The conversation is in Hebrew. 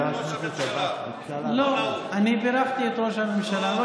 אתה משבח את ראש הממשלה.